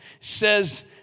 says